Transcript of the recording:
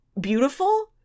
beautiful